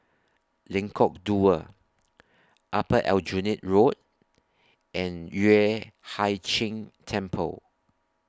Lengkok Dua Upper Aljunied Road and Yueh Hai Ching Temple